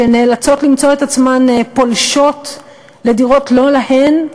שנאלצות למצוא את עצמן פולשות לדירות לא להן,